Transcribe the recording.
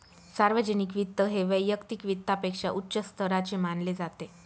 सार्वजनिक वित्त हे वैयक्तिक वित्तापेक्षा उच्च स्तराचे मानले जाते